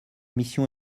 missions